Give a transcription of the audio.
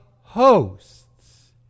hosts